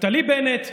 נפתלי בנט,